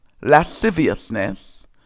lasciviousness